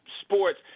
sports